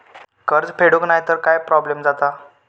कर्ज फेडूक नाय तर काय प्रोब्लेम जाता?